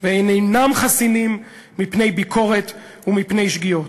והם אינם חסינים מפני ביקורת ומפני שגיאות.